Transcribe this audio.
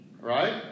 Right